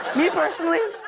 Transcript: me personally,